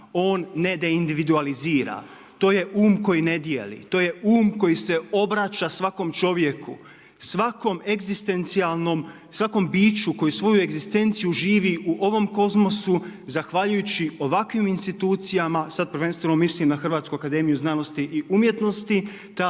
On ne deindividualizira, to je um koji ne dijeli, to je um koji se obraća svakom čovjeku, svakom egzistencijalnom, svakom biću koji svoju egzistenciju živi u ovom kozmosu zahvaljujući ovakvim institucijama sad prvenstveno mislim na Hrvatsku akademiju znanosti i umjetnosti.